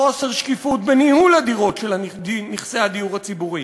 חוסר שקיפות בניהול הדירות של נכסי הדיור הציבורי.